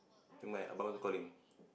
to my abang also calling